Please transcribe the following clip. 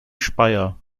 speyer